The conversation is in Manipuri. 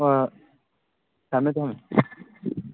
ꯍꯣꯏ ꯍꯣꯏ ꯊꯝꯃꯦ ꯊꯝꯃꯦ